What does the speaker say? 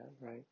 right